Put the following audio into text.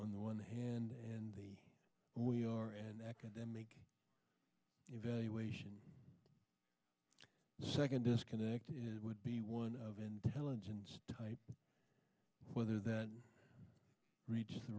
on the one hand and the we are an academic evaluation second disconnect is would be one of intelligence type whether that reaches the